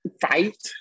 fight